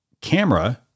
camera